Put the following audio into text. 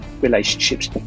relationships